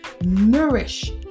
nourish